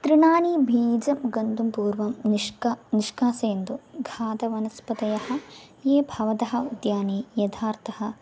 तृणानि बीजं गन्तुं पूर्वं निष्क निष्कासयन्तु घातवनस्पतयः ये भवतः उद्याने यथार्थः